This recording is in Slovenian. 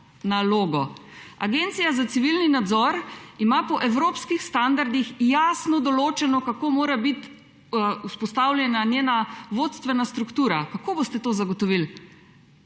Agencija za civilni nadzor ima po evropskih standardih jasno določeno, kako mora biti vzpostavljena njena vodstvena struktura. Kako boste to zagotovili?